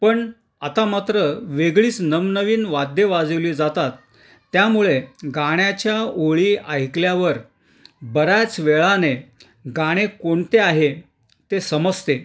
पण आता मात्र वेगळीच नवनवीन वाद्य वाजवली जातात त्यामुळे गाण्याच्या ओळी ऐकल्यावर बऱ्याच वेळाने गाणे कोणते आहे ते समजते